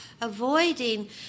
avoiding